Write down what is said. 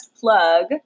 plug